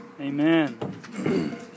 Amen